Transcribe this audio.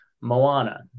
Moana